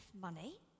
money